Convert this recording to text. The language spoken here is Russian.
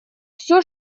все